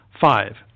Five